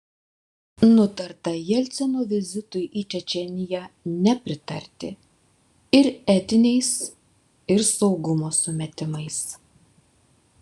nutarta jelcino vizitui į čečėniją nepritarti ir etiniais ir saugumo sumetimais